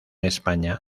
españa